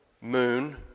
moon